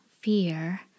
fear